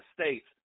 States